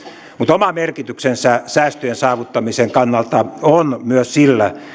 mutta oma merkityksensä säästöjen saavuttamisen kannalta on myös sillä